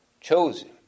chosen